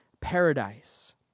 paradise